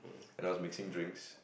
and I was mixing drinks